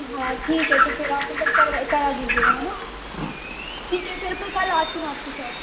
हाँ ठीक है तो फिर आप मतलब करवा करा दीजिएगा है न ठीक है फिर मैं कल आती हूँ आपकी शॉप